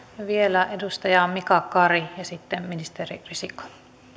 vielä edustaja mika kari ja sitten ministeri risikko